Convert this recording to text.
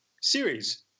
series